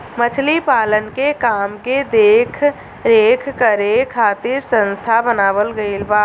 मछली पालन के काम के देख रेख करे खातिर संस्था बनावल गईल बा